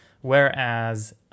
Whereas